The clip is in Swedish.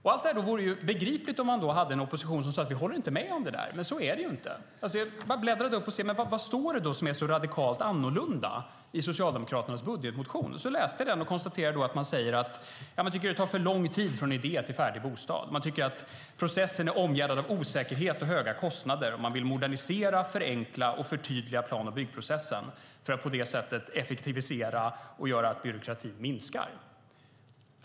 Allt detta vore begripligt om man hade en opposition som säger: Vi håller inte med om detta. Men så är det inte. Jag har bläddrat för att se: Vad är det som står som är så radikalt annorlunda i Socialdemokraternas budgetmotion? Jag läste den och konstaterar att man tycker att det tar för lång tid från idé till färdig bostad. Man tycker att processen är omgärdad av osäkerhet och höga kostnader. Man vill modernisera, förenkla och förtydliga plan och byggprocessen för att på det sättet effektivisera och göra att byråkratin minskar.